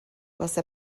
واسه